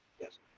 yes